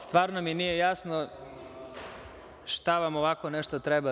Stvarno mi nije jasno šta vam ovako nešto treba?